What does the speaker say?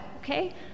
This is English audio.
Okay